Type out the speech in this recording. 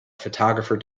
photographer